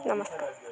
ନମସ୍କାର